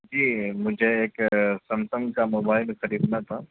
جی مجھے ایک سمسنگ کا موبائل خریدنا تھا